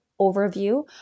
overview